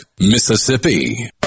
Mississippi